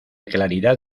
claridad